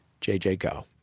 jjgo